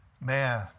Man